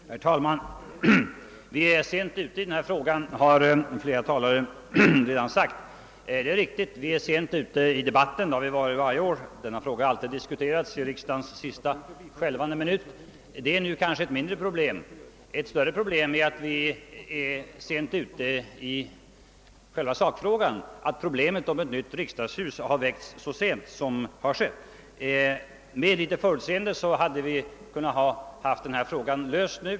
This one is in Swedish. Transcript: Herr talman! Vi är sent ute i den här frågan, har flera talare sagt. Det är riktigt; denna fråga har varje år diskuterats i riksdagssessionens sista skälvande minut. Det är nu kanske ett mindre problem. Ett större problem är att vi är sent ute i själva sakfrågan, att frågan om ett nytt riksdagshus har väckts så sent som skett. Med litet förutseende hade denna fråga kunnat vara löst nu.